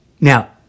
Now